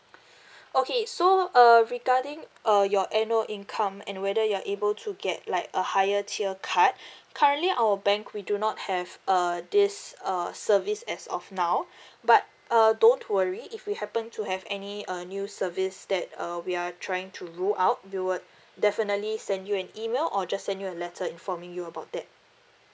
okay so uh regarding uh your annual income and whether you're able to get like a higher tier card currently our bank we do not have uh this err service as of now but uh don't worry if we happen to have any uh new service that uh we are trying to rule out we would definitely send you an email or just send you a letter informing you about that